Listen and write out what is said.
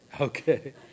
Okay